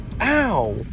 Ow